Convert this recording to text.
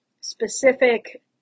specific